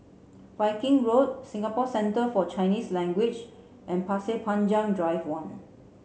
Viking Road Singapore Centre For Chinese Language and Pasir Panjang Drive One